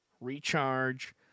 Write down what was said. recharge